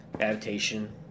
adaptation